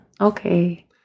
okay